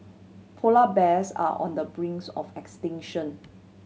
polar bears are on the brinks of extinction